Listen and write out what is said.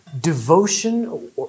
devotion